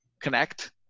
connect